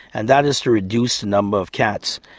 and that is to reduce the number of cats.